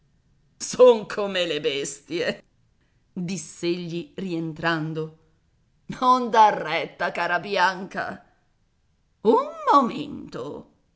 son come le bestie diss'egli rientrando non dar retta cara bianca un momento